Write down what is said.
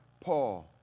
Paul